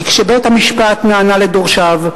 כי כשבית-המשפט נענה לדורשיו,